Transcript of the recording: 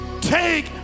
take